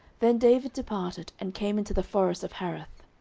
then david departed, and came into the forest of hareth.